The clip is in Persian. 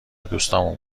دوستامون